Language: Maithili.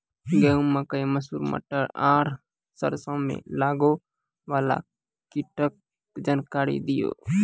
गेहूँ, मकई, मसूर, मटर आर सरसों मे लागै वाला कीटक जानकरी दियो?